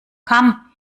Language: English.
come